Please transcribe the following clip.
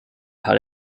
har